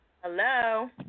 Hello